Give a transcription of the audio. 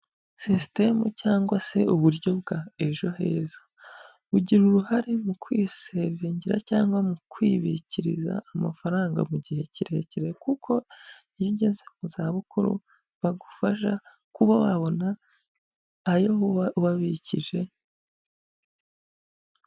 Sisitemu cyangwa se uburyo bwa ejo heza bugira uruhare mu kwisevingira cyangwa mu kwibikiriza amafaranga mu gihe kirekire kuko iyo ugeze mu zabukuru bagufasha kuba wabona ayo uba wababikije...